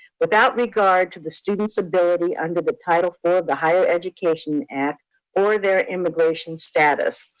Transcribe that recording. without regard to the student's ability under the title four of the higher education act, or their immigration status.